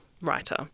writer